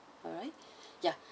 alright yeah